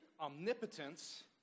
omnipotence